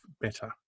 better